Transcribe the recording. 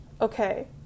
Okay